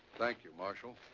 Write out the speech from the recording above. thank you, marshal.